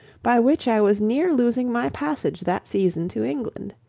by which i was near losing my passage that season to england.